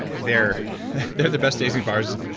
they're they're the best tasting bars,